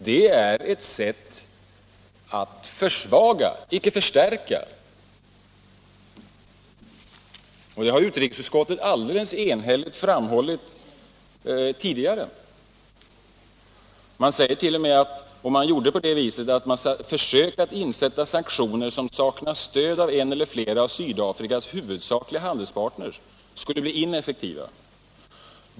Det är ett sätt att försvaga, icke att förstärka sin trovärdighet, och det har utrikesutskottet alldeles enhälligt framhållit tidigare. Utskottet hart.o.m. skrivit på följande sätt: ”Försök att insätta sanktioner som saknar stöd av en eller flera av Sydafrikas huvudsakliga handelspartners skulle bli ineffektiva.